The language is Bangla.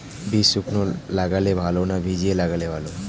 বীজ শুকনো লাগালে ভালো না ভিজিয়ে লাগালে ভালো?